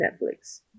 Netflix